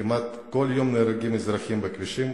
כמעט כל יום נהרגים אזרחים בכבישים.